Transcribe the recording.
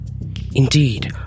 Indeed